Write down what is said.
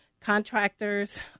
contractors